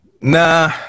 Nah